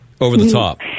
over-the-top